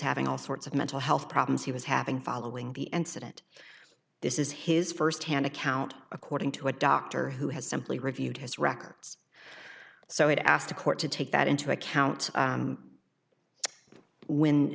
having all sorts of mental health problems he was having following the end student this is his firsthand account according to a doctor who has simply reviewed his records so it asked the court to take that into account when